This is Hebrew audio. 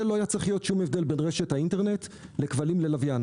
לא היה צריך להיות שום הבדל בין רשת האינטרנט לבין כבלים ולוויין.